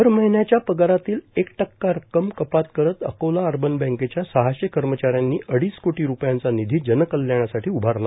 दर महिन्याच्या पगारातील एक टक्का रक्कम कपात करत अकोला अर्बन बँकेच्या सहाशे कर्मचाऱ्यांनी अडीच कोटी रुपयांचा निधी जनकल्याणासाठी उभारला